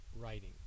writing